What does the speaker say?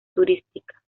turística